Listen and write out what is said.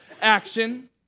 action